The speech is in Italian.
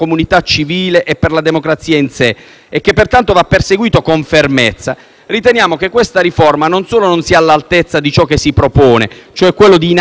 e che pertanto va perseguito con fermezza, riteniamo che questa riforma non solo non sia all'altezza di ciò che si propone, e cioè inasprire la fattispecie del voto di scambio,